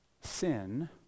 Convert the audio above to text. sin